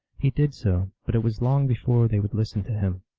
he did so, but it was long before they would listen to him.